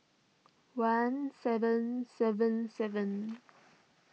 one seven seven seven